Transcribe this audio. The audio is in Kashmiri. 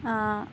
آ